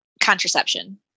contraception